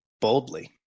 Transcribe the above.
boldly